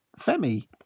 Femi